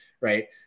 right